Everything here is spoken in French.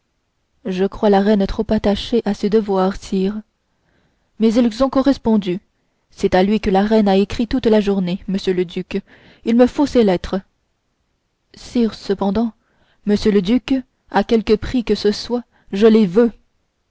je crois la reine trop attachée à ses devoirs sire mais ils ont correspondu c'est à lui que la reine a écrit toute la journée monsieur le duc il me faut ces lettres sire cependant monsieur le duc à quelque prix que ce soit je les veux